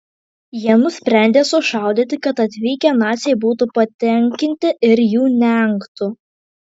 jie nusprendė sušaudyti kad atvykę naciai būtų patenkinti ir jų neengtų